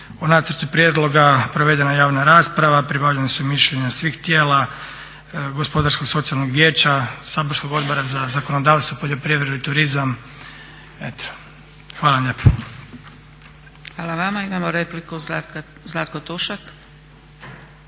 U nacrtu prijedloga provedena je javna rasprava, pribavljena su mišljenja svih tijela Gospodarsko-socijalnog vijeća, saborskog Odbora za zakonodavstvo, poljoprivredu i turizam. Hvala vam lijepo. **Zgrebec, Dragica (SDP)** Hvala i vama. Imamo repliku, Zlatko Tušak.